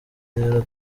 rero